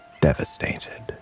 devastated